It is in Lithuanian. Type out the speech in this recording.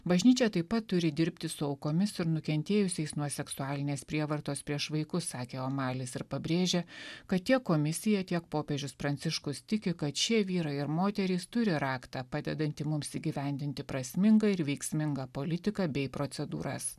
bažnyčia taip pat turi dirbti su aukomis ir nukentėjusiais nuo seksualinės prievartos prieš vaikus sakė omalis ir pabrėžė kad tiek komisija tiek popiežius pranciškus tiki kad šie vyrai ir moterys turi raktą padedantį mums įgyvendinti prasmingą ir veiksmingą politiką bei procedūras